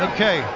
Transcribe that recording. Okay